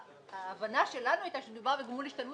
ההבנה שלנו הייתה שמדובר בגמול השתלמות